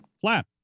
flat